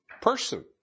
person